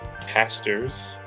pastors